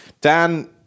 Dan